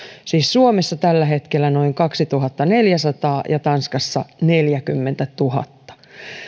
siis suomessa tällä hetkellä noin kaksituhattaneljäsataa ja tanskassa neljäkymmentätuhatta